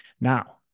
now